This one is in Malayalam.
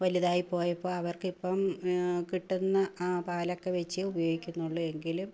വലുതായി പോയപ്പോൾ അവർക്ക് ഇപ്പം കിട്ടുന്ന ആ പാലൊക്കെ വെച്ച് ഉപയോഗിക്കുന്നുള്ളുവെങ്കിലും